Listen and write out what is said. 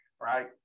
right